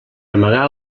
amagar